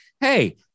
hey